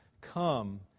come